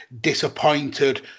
disappointed